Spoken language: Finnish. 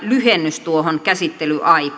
lyhennys tuohon käsittelyaikaan